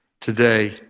today